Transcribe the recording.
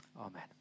Amen